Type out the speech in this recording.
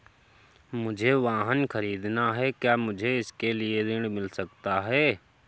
मुझे वाहन ख़रीदना है क्या मुझे इसके लिए ऋण मिल सकता है?